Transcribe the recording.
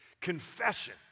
Confession